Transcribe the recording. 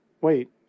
wait